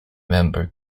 member